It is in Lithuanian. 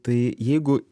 tai jeigu